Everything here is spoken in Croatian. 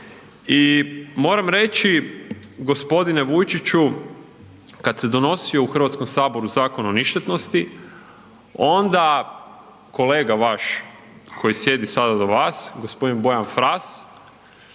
I moram reći gospodine Vujčiću kada se donosio u Hrvatskom saboru Zakon o ništetnosti onda kolega vaš koji sjedi sada do vas gospodin Bojan Fras